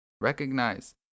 Recognize